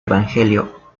evangelio